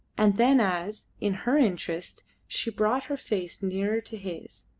and then as, in her interest, she brought her face nearer to his,